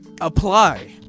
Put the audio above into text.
apply